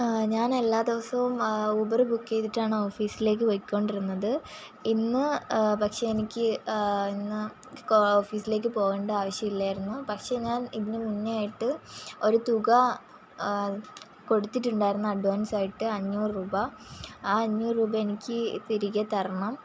ആ ഞാൻ എല്ലാ ദിവസവും ഊബറ് ബുക്ക് ചെയ്യ്തിട്ടാണ് ഓഫീസിലേക്ക് പോയി കൊണ്ടിരുന്നത് ഇന്ന് പക്ഷേ എനിക്ക് ഇന്ന് ഓഫീസിലേക്ക് പോകേണ്ടാവശ്യമില്ലായിരുന്നു പക്ഷേ ഞാൻ ഇതിന് മുന്നേ ആയിട്ട് ഒരു തുക കൊടുത്തിട്ടുണ്ടായിരുന്നു അഡ്വാൻസ്ഡായിട്ട് അഞ്ഞൂറ് രൂപ ആ അഞ്ഞൂറ് രൂപ എനിക്ക് തിരികെ തരണം